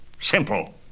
simple